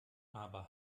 aber